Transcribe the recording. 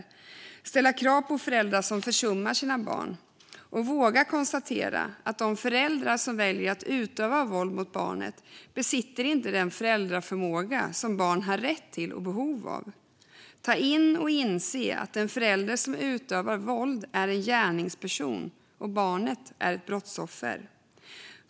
Vi måste ställa krav på föräldrar som försummar sina barn och våga konstatera att de föräldrar som väljer att utöva våld mot barnet inte besitter den föräldraförmåga som barn har rätt till och behov av. Vi måste ta in och inse att en förälder som utövar våld är en gärningsperson och barnet ett brottsoffer.